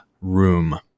room